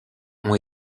ont